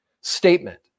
statement